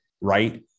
Right